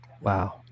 wow